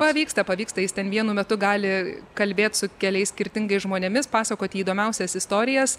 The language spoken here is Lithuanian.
pavyksta pavyksta jis ten vienu metu gali kalbėt su keliais skirtingais žmonėmis pasakot įdomiausias istorijas